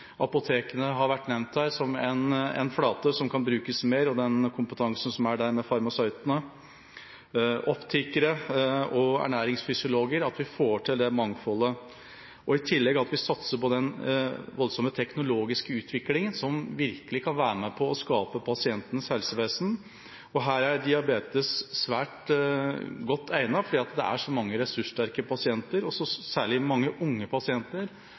Apotekene har vært nevnt her, som en flate som kan brukes mer, kompetansen hos farmasøytene, og i tillegg kompetansen til optikerne og ernæringsfysiologene – at vi får brukt det mangfoldet og at vi i tillegg satser på den voldsomme teknologiske utviklingen, kan virkelig være med på å skape «pasientens helsevesen». Her er diabetes svært godt egnet, for det er så mange ressurssterke pasienter og særlig mange unge pasienter